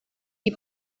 die